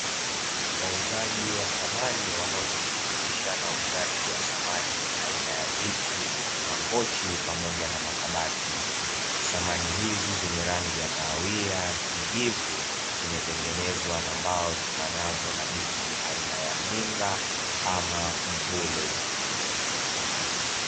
Wauzaji wa samani wanaojihusisha na samani zimetengenezwa na mvule au.mlingo